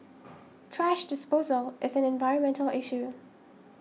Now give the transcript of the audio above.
thrash disposal is an environmental issue